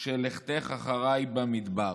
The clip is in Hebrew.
של "לכתך אחרי במדבר".